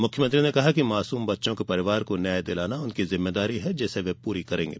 मुख्यमंत्री ने कहा कि मासूम बच्चों के परिवार को न्याय दिलाना उनकी जिम्मेदारी है जिसे वे पूरी करेंगे